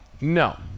No